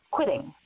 quitting